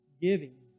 giving